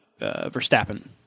Verstappen